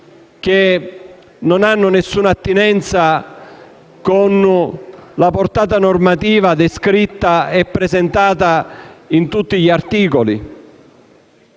che non hanno alcuna attinenza con la portata normativa descritta e presentata in tutti gli articoli.